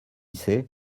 sait